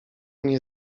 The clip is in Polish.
nie